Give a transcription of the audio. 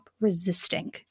resisting